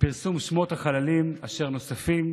עם פרסום שמות החללים אשר נוספים